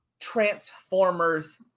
Transformers